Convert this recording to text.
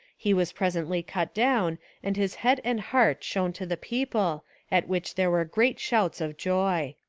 he was presently cut down and his head and heart shown to the people at which there were great shouts of joy.